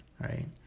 Right